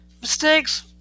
mistakes